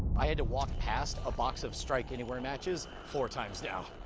i had to walk past a box of strike anywhere matches four times now.